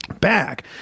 back